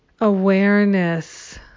awareness